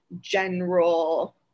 general